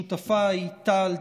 שותפיי טל,